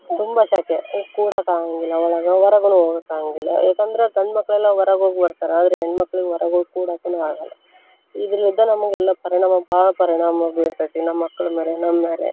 ತುಂಬ ಶಕೆ ಕೂಡಕ್ಕಾಗಂಗಿಲ್ಲ ಒಳಗೆ ಹೊರಗೂನು ಹೋಗಕ್ಕಾಗಂಗಿಲ್ಲ ಯಾಕಂದ್ರ ಗಂಡ್ಮಕ್ಳೆಲ್ಲ ಹೊರಗ್ ಹೋಗ್ ಬರ್ತಾರ ಆದರೆ ಹೆಣ್ಮಕ್ಳಿಗ್ ಹೊರಗ್ ಹೋಗ್ ಕೂಡಕುನು ಆಗಲ್ಲ ಇದರಿಂದ ನಮ್ಗೆ ಎಲ್ಲ ಪರಿಣಾಮ ಭಾಳ ಪರಿಣಾಮ ಬೀರ್ತೈತಿ ನಮ್ಮ ಮಕ್ಳ ಮೇಲೆ ನಮ್ಮ ಮೇಲೆ